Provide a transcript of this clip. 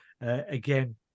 Again